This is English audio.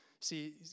See